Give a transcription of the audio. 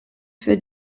für